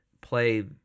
play